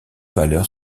valeur